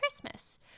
Christmas